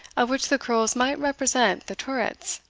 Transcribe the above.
of which the curls might represent the turrets,